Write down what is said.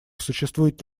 существует